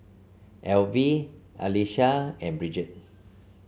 Alvie Alysa and Bridget